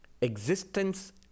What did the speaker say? existence